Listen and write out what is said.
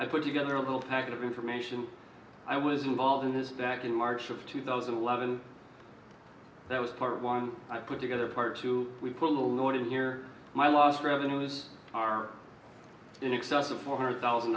i put together a little packet of information i was involved in this back in march of two thousand and eleven that was part one i put together part two we put a lot in here my last revenues are in excess of four hundred thousand